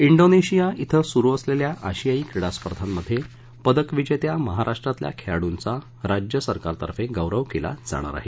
िक्वीनेशिया िक्वे सुरु असलेल्या आशियाई क्रीडा स्पर्धांमध्ये पदकविजेत्या महाराष्ट्रातल्या खेळाडूंचा राज्य सरकारतर्फे गौरव केला जाणार आहे